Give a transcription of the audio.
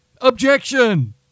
Objection